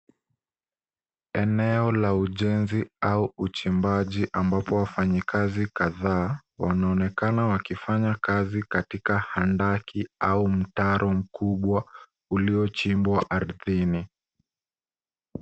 Eneo la ujenzi au uchimbaji ambapo wafanyakazi kadhaa. Wanaonekana wakifanya kazi katika handaki au mtaro mkubwa uliochimbwa ardhini.